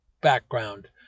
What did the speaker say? background